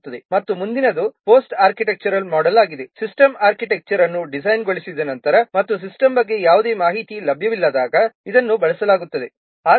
ಮತ್ತು ಮುಂದಿನದು post architectural model ಆಗಿದೆ ಸಿಸ್ಟಮ್ ಆರ್ಕಿಟೆಕ್ಚರ್ ಅನ್ನು ಡಿಸೈನ್ಗೊಳಿಸಿದ ನಂತರ ಮತ್ತು ಸಿಸ್ಟಮ್ ಬಗ್ಗೆ ಯಾವುದೇ ಮಾಹಿತಿ ಲಭ್ಯವಿಲ್ಲದಾಗ ಇದನ್ನು ಬಳಸಲಾಗುತ್ತದೆ